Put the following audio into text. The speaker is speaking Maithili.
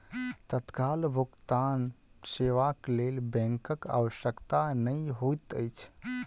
तत्काल भुगतान सेवाक लेल बैंकक आवश्यकता नै होइत अछि